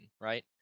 right